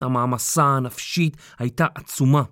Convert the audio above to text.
המעמסה הנפשית הייתה עצומה.